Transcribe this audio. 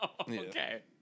Okay